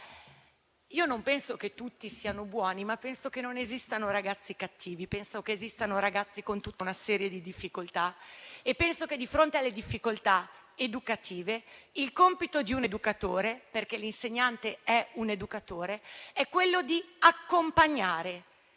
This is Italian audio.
Non penso che tutti siano buoni, ma penso che non esistano ragazzi cattivi; penso che esistano ragazzi con tutta una serie di difficoltà. Penso che, di fronte alle difficoltà educative, il compito di un educatore - perché l'insegnante è un educatore - sia quello di accompagnare,